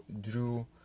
drew